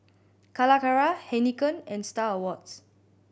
Calacara Heinekein and Star Awards